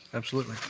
absolutely.